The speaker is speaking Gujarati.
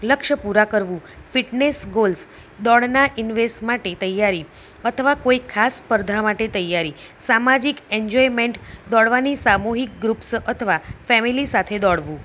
લક્ષ્ય પૂરા કરવું ફિટનેસ ગોલ્સ દોડનાં ઈન્વેસ માટે તૈયારી અથવા કોઈ ખાસ સ્પર્ધા માટે તૈયારી સામાજિક એન્જોયમેન્ટ દોડવાની સામુહિક ગ્રૂપ્સ અથવા ફેમિલી સાથે દોડવું